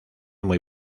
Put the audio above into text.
muy